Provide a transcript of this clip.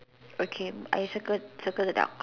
okay I circle circle the duck